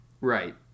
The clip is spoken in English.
Right